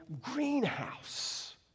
greenhouse